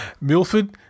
Milford